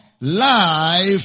life